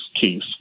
case